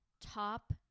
top